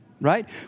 right